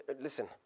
listen